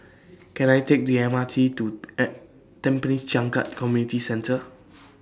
Can I Take The M R T to Tampines Changkat Community Centre